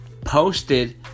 posted